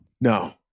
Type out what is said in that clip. No